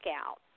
out